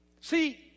see